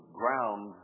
ground